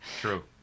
True